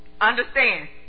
understand